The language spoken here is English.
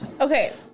Okay